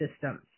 systems